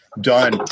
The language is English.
done